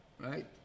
Right